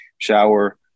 Shower